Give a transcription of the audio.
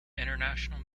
international